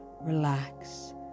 relax